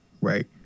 Right